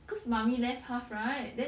cause mummy left half right then